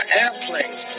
airplanes